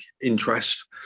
interest